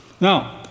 Now